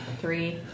Three